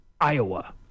Iowa